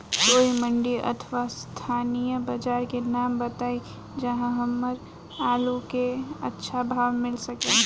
कोई मंडी अथवा स्थानीय बाजार के नाम बताई जहां हमर आलू के अच्छा भाव मिल सके?